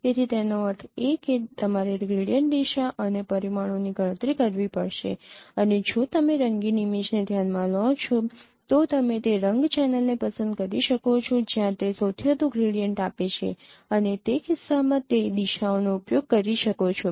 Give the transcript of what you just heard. તેથી તેનો અર્થ એ કે તમારે ગ્રેડિયન્ટ દિશા અને પરિમાણોની ગણતરી કરવી પડશે અને જો તમે રંગીન ઇમેજને ધ્યાનમાં લો છો તો તમે તે રંગ ચેનલને પસંદ કરી શકો છો જ્યાં તે સૌથી વધુ ગ્રેડિયન્ટ આપે છે અને તે કિસ્સામાં તે દિશાઓનો ઉપયોગ કરી શકો છો